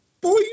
boy